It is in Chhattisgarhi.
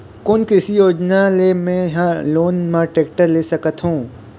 कोन कृषि योजना ले मैं हा लोन मा टेक्टर ले सकथों?